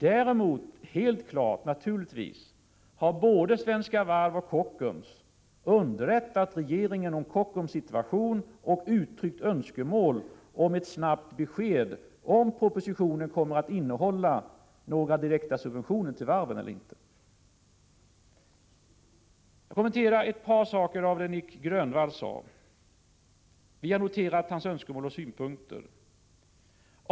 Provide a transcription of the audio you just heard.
Däremot har naturligtvis både Svenska Varv och Kockums underrättat regeringen om Kockums situation och uttryckt önskemål om ett snabbt besked om huruvida propositionen kommer att innehålla några förslag om direkta subventioner till varven eller inte. Jag skall kommentera ett par saker som Nic Grönvall sade. Vi har noterat hans önskemål och synpunkter.